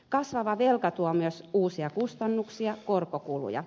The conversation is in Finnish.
kasvava velka tuo myös uusia kustannuksia korkokuluja